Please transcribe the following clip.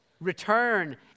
Return